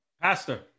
Pastor